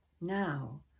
Now